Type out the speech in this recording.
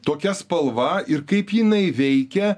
tokia spalva ir kaip jinai veikia